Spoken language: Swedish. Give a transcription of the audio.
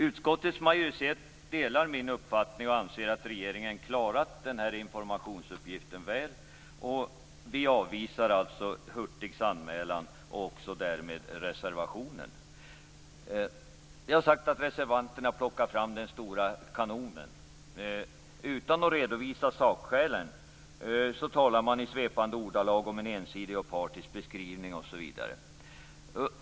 Utskottets majoritet delar min uppfattning och anser att regeringen klarat informationsuppgiften väl. Vi avvisar Hurtigs anmälan och därmed reservationen. Reservanterna plockar fram den stora kanonen. Utan att redovisa sakskälen talar man i svepande ordalag om ensidig och partisk beskrivning.